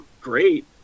great